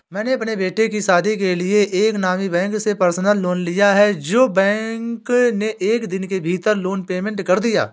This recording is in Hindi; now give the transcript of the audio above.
मैंने अपने बेटे की शादी के लिए एक नामी बैंक से पर्सनल लोन लिया है जो बैंक ने एक दिन के भीतर लोन पेमेंट कर दिया